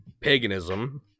paganism